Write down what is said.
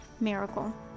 miracle